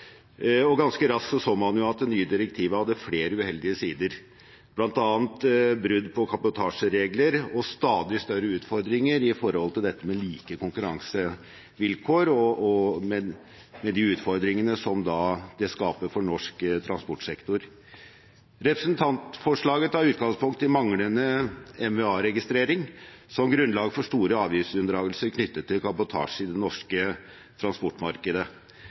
og ganske raskt så man at det nye direktivet hadde flere uheldige sider, bl.a. brudd på kabotasjeregler og stadig større utfordringer med hensyn til dette med like konkurransevilkår – med de utfordringer som det skaper for norsk transportsektor. Representantforslaget tar utgangspunkt i manglende merverdiavgiftsregistrering som grunnlag for store avgiftsunndragelser knyttet til kabotasje i det norske transportmarkedet.